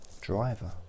driver